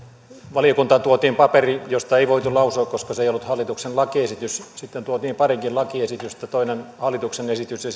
valiokuntaan tuotiin paperi josta ei voitu lausua koska se ei ollut hallituksen lakiesitys sitten tuotiin parikin lakiesitystä toinen hallituksen esitys ja